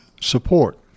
support